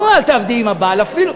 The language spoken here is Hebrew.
לא אל תעבדי עם הבעל, אפילו,